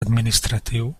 administratiu